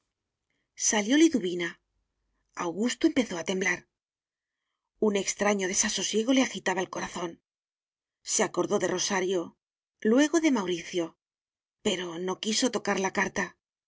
salió liduvina augusto empezó a temblar un extraño desasosiego le agitaba el corazón se acordó de rosario luego de mauricio pero no quiso tocar la carta